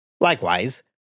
Likewise